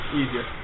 easier